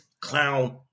clown